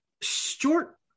Short